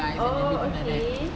oh okay